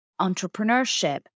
entrepreneurship